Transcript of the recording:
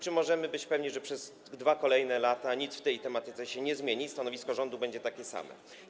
Czy możemy być pewni, że przez kolejne 2 lata nic w tej sprawie się nie zmieni i stanowisko rządu będzie takie samo?